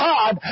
God